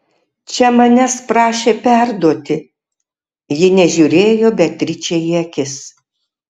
čia manęs prašė perduoti ji nežiūrėjo beatričei į akis